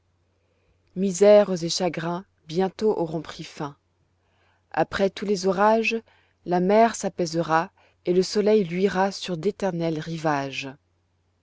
misères et chagrin bientôt auront pris fin après tous les orages la mer s'apaisera et le soleil luira sur d'éternels rivages